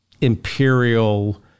imperial